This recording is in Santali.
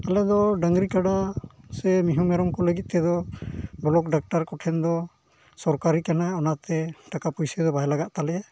ᱟᱞᱮ ᱫᱚ ᱰᱟᱝᱨᱤ ᱠᱟᱰᱟ ᱥᱮ ᱢᱤᱦᱩ ᱢᱮᱨᱚᱢ ᱠᱚ ᱞᱟᱹᱜᱤᱫ ᱛᱮᱫᱚ ᱵᱞᱚᱠ ᱰᱟᱠᱛᱟᱨ ᱠᱚᱴᱷᱮᱱ ᱫᱚ ᱥᱚᱨᱠᱟᱨᱤ ᱠᱟᱱᱟ ᱚᱱᱟᱛᱮ ᱴᱟᱠᱟ ᱯᱩᱭᱥᱟᱹ ᱫᱚ ᱵᱟᱭ ᱞᱟᱜᱟᱜ ᱛᱟᱞᱮᱭᱟ